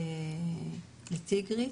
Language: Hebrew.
לטיגרית.